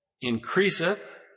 increaseth